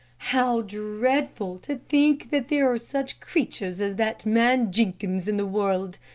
how dreadful to think that there are such creatures as that man jenkins in the world.